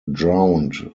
drowned